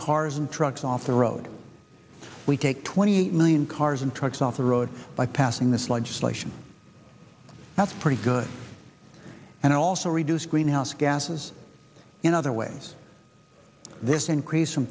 cars and trucks off the road we take twenty eight million cars and trucks off the road by passing this legislation that's pretty good and also reduce greenhouse gases in other ways this increase